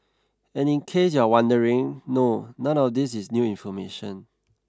and in case you're wondering no none of these is new information